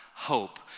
Hope